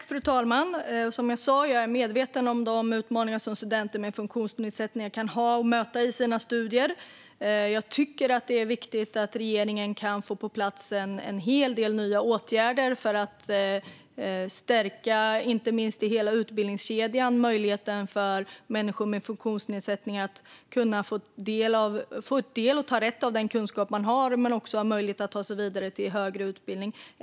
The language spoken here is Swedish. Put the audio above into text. Fru talman! Som jag sa är jag medveten om de utmaningar som studenter med funktionsnedsättningar kan ha och möta i sina studier. Jag tycker att det är viktigt att regeringen kan få på plats en hel del nya åtgärder inte minst för att i hela utbildningskedjan stärka möjligheten för människor med funktionsnedsättningar att få del av den kunskap de har rätt till. Det handlar också om möjligheten att ta sig vidare till högre utbildning.